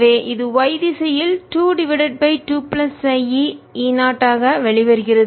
E E0 P20E0 e2eE0y 22eE0y D1e0E 2 1e2e0E0y எனவே இது y திசையில் 2 divided by 2 plus χ e E 0 ஆக வெளிவருகிறது